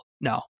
No